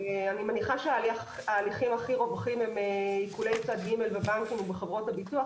אני מניחה שההליכים הכי רווחים הם עיקולי צד ג' בבנקים ובחברות הביטוח,